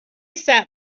sat